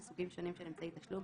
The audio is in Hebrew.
לסוגים שונים של אמצעי תשלום,